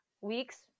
weeks